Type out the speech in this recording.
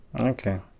Okay